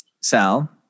Sal